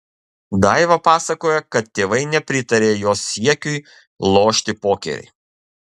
daiva pasakoja kad tėvai nepritarė jos siekiui lošti pokerį